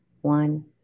one